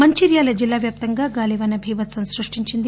మంచిర్యాల జ్లిలా వ్యాప్తంగా గాలివాన బీభత్పం సృష్టించింది